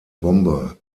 bombe